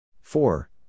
four